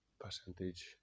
percentage